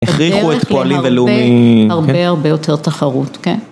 הכריחו את פועלים ולאומי... הרבה הרבה יותר תחרות, כן.